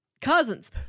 Cousins